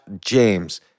James